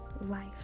life